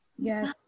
Yes